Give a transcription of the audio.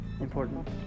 important